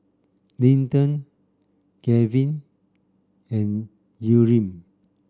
Linton Gavyn and Yurem